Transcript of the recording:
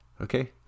okay